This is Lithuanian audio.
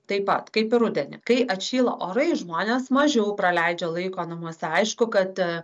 taip pat kaip ir rudenį kai atšyla orai žmonės mažiau praleidžia laiko namuose aišku kad